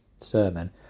sermon